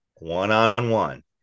one-on-one